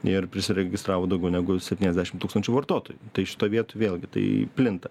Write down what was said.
ir prisiregistravo daugiau negu septyniasdešim tūkstančių vartotojų tai šitoj vietoj vėlgi tai plinta